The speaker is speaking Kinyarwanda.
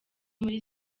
muri